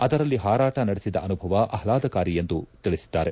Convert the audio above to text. ಅದರಲ್ಲಿ ಹಾರಾಟ ನಡೆಸಿದ ಅನುಭವ ಆಹ್ಲಾದಕಾರಿ ಎಂದು ತಿಳಿಸಿದ್ದಾರೆ